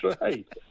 right